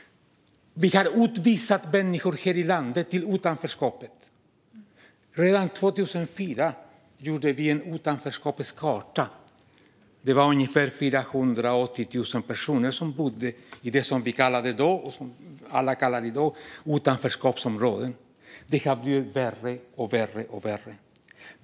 Vi har utvisat människor här i landet till utanförskap. Redan 2004 gjorde vi en utanförskapskarta. Då var det ungefär 480 000 personer som bodde i det vi då kallade - och som alla i dag kallar - utanförskapsområden. Det har blivit värre och värre.